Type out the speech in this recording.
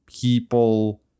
people